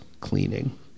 cleaning